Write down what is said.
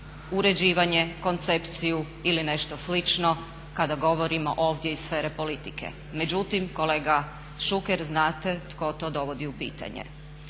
uređivanje, koncepciju ili nešto slično kada govorimo ovdje iz sfere politike. Međutim, kolega Šuker znate tko to dovodi u pitanje.